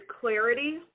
clarity